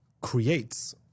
creates